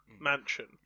mansion